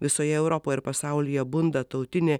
visoje europoje ir pasaulyje bunda tautinė